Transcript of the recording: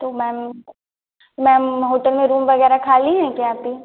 तो ma'am ma'am hotel में room वग़ैरह ख़ाली हैं क्या अभी